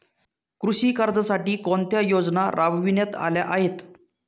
कृषी कर्जासाठी कोणत्या योजना राबविण्यात आल्या आहेत?